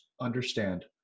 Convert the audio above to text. understand